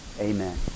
Amen